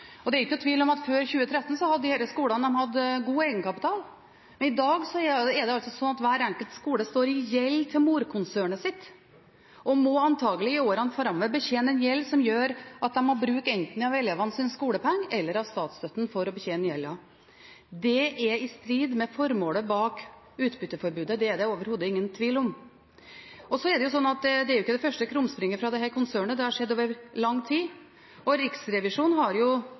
Det er ingen tvil om at før 2013 hadde disse skolene god egenkapital, men i dag er det slik at hver enkelt skole står i gjeld til morkonsernet sitt, og at de i åra framover antakelig må betjene en gjeld som gjør at de må bruke av enten elevenes skolepenger eller statsstøtten for å betjene gjelda. Det er i strid med formålet bak utbytteforbudet – det er det overhodet ingen tvil om. Så er det slik at dette er ikke det første krumspringet fra dette konsernet; det har skjedd over lang tid. Riksrevisjonen påpekte i 2013 at dette er meget bekymringsfullt. De har også bedt om – og departementet har